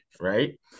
Right